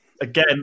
Again